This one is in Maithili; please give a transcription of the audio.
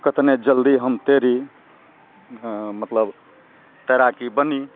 कतने जल्दी हम तैरी हँ मतलब तैराकी बनी